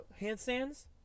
Handstands